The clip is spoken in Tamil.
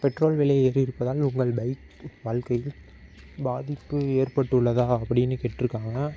பெட்ரோல் விலை ஏறியிருப்பதால் உங்கள் பைக் வாழ்க்கையில் பாதிப்பு ஏற்பட்டுள்ளதா அப்படின்னு கேட்டிருக்காங்க